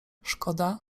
szkoda